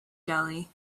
jelly